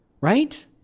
right